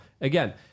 Again